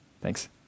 Thanks